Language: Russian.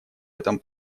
этом